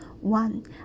One